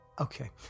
Okay